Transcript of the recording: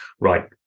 right